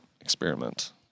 experiment